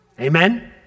Amen